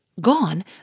Gone